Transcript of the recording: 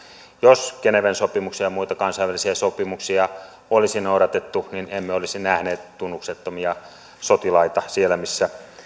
jos geneven sopimusta ja ja muita kansainvälisiä sopimuksia olisi noudatettu niin emme olisi nähneet tunnuksettomia sotilaita siellä missä